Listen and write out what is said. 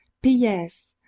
p. s.